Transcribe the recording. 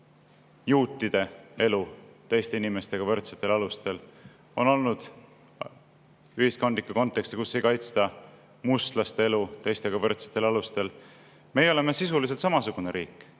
juutide elu teiste inimestega võrdsetel alustel. On olnud ühiskondlikku konteksti, kus ei kaitsta mustlaste elu teistega võrdsetel alustel. Meie oleme sisuliselt samasugune riik,